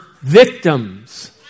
victims